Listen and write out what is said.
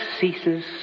ceases